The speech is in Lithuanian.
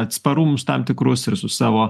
atsparumus tam tikrus ir su savo